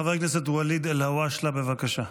חבר הכנסת ואליד אלהואשלה, בבקשה.